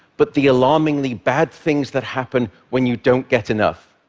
but the alarmingly bad things that happen when you don't get enough,